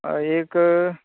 हय एक